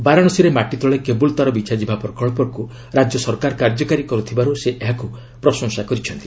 ବାରାଶାସୀରେ ମାଟିତଳେ କେବୁଲ୍ତାର ବିଛାଯିବା ପ୍ରକଳ୍ପକୁ ରାଜ୍ୟସରକାର କାର୍ଯ୍ୟକାରୀ କରୁଥିବାରୁ ସେ ଏହାକୁ ପ୍ରଶଂସା କରିଛନ୍ତି